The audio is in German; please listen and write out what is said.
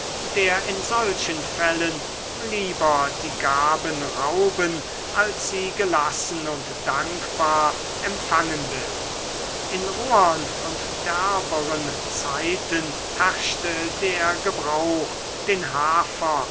der in solchen fällen lieber die gaben rauben als sie gelassen und dankbar empfangen will in rohern und derberen zeiten herrschte der gebrauch den hafer